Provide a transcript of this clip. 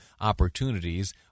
opportunities